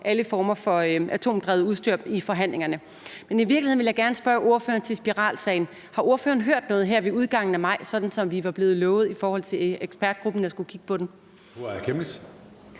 alle former for atomdrevet udstyr vil tage det med ind i forhandlingerne. Men i virkeligheden vil jeg gerne spørge ordføreren til spiralsagen. Har ordføreren her ved udgangen af maj hørt noget, sådan som vi var blevet lovet i forhold til ekspertgruppen,